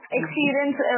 experience